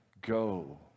go